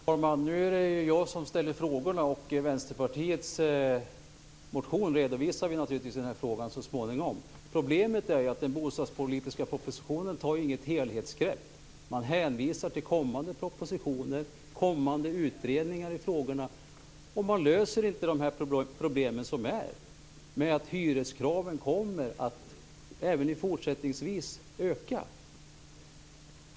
Fru talman! Nu är det jag som ställer frågorna. I Vänsterpartiets motion redovisar vi naturligtvis den här frågan så småningom. Problemet är att det inte tas något helhetsgrepp i den bostadspolitiska propositionen. Man hänvisar till kommande propositioner och kommande utredningar i frågorna, och man löser inte problemen som finns med att hyreskraven även fortsättningsvis kommer att öka.